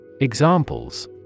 Examples